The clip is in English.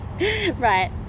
Right